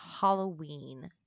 Halloween